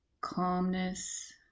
calmness